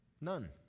None